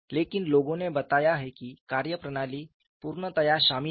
लेकिन लोगों ने बताया है कि कार्यप्रणाली पूर्णतया शामिल है